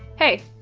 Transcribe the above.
hey,